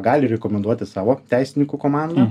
gali rekomenduoti savo teisininkų komandą